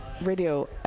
Radio